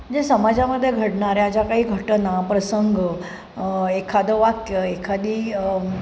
जे समाजामध्ये घडणाऱ्या ज्या काही घटना प्रसंग एखादं वाक्य एखादी